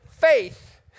faith